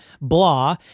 blah